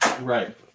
right